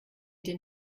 den